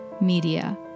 media